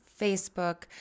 Facebook